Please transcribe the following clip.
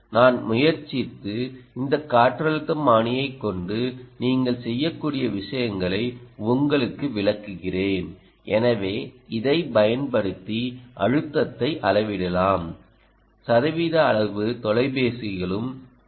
நான் முயற்சித்து இந்த காற்றழுத்தமானியைக் கொண்டு நீங்கள் செய்யக்கூடிய விஷயங்களை உங்களுக்கு விளக்குகிறேன் எனவே இதை பயன்படுத்தி அழுத்தத்தை அளவிடலாம் சதவீத அளவு தொலைபேசிகளும் என்